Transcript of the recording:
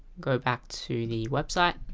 go back to the website,